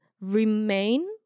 remain